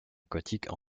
aquatiques